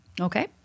Okay